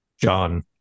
John